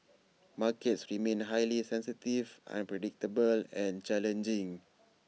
markets remain highly sensitive unpredictable and challenging